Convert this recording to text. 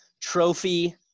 Trophy –